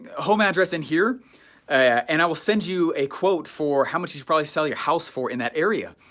home address in here and i will send you a quote for how much you should probably sell your house for in that area.